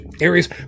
Aries